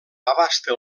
abasta